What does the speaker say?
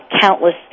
countless